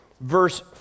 verse